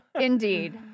indeed